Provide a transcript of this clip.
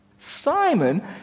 Simon